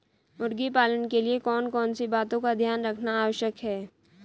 मुर्गी पालन के लिए कौन कौन सी बातों का ध्यान रखना आवश्यक है?